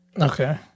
Okay